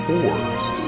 Force